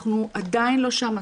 אנחנו עדיין לא שם.